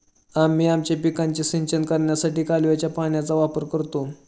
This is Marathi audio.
आम्ही आमच्या पिकांचे सिंचन करण्यासाठी कालव्याच्या पाण्याचा वापर करतो